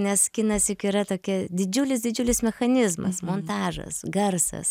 nes kinas juk yra tokia didžiulis didžiulis mechanizmas montažas garsas